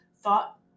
thought